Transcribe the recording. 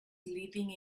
leading